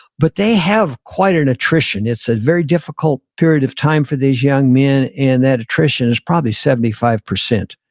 but they have quite an attrition. it's a very difficult period of time for these young men and that attrition is probably seventy five percent.